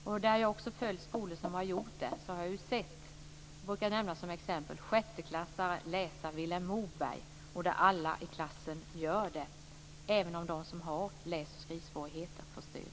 Jag har följt olika skolor, och jag brukar nämna som exempel att jag har sett sjätteklassare läsa Vilhelm Moberg. Alla i klassen läser; de som har läs och skrivsvårigheter får stöd.